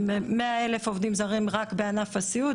100,000 עובדים זרים רק בענף הסיעוד?